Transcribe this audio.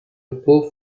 beau